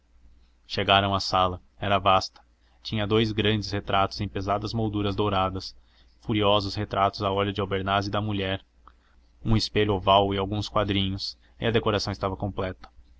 chegaram à sala era vasta tinha dous grandes retratos em pesadas molduras douradas furiosos retratos a óleo de albernaz e da mulher um espelho oval e alguns quadrinhos e a decoração estava completa